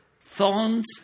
thorns